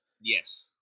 Yes